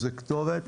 זו כתובת.